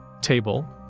table